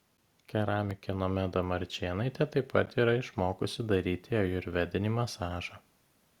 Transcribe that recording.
keramikė nomeda marčėnaitė taip pat yra išmokusi daryti ajurvedinį masažą